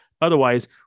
Otherwise